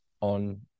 on